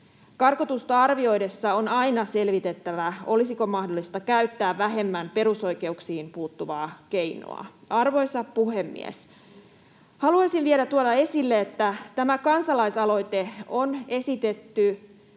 Karkotusta arvioidessa on aina selvitettävä, olisiko mahdollista käyttää vähemmän perusoikeuksiin puuttuvaa keinoa. Arvoisa puhemies! Haluaisin vielä tuoda esille, että tämä kansalaisaloite, joka